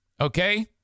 Okay